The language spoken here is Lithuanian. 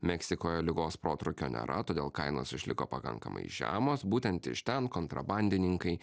meksikoje ligos protrūkio nėra todėl kainos išliko pakankamai žemos būtent iš ten kontrabandininkai